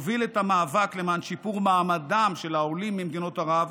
הוביל את המאבק למען שיפור מעמדם של העולים ממדינות ערב,